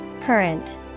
Current